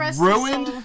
ruined